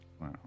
wow